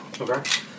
Okay